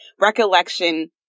recollection